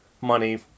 money